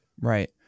right